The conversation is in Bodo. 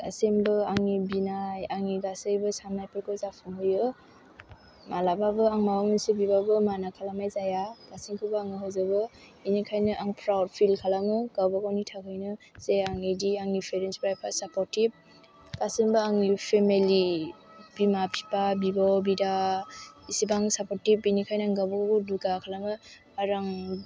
दासिमबो आंनि बिनाय आंनि गासैबो सान्नायफोरखौ जाफुंहोयो मालाबाबो आं माबा मोनसे बिबाबो माना खालामानाय जाया गासैखौबो आंनो होजोबो एनिखाइनो आं प्राउद फिल खालामो गावबा गावनि थाखाइनो जे आं इदि आंनि पेरेन्सफ्रा एफा सापर्टिभ गासिमबो आंनि पेमेलि बिमा फिफा बिब' बिदा इसिबां सापर्टिब बिनिखाइनो आं गावबागाव दुगा खालामो आरो आं